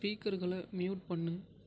ஸ்பீக்கர்களை mute பண்ணு